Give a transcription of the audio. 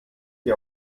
die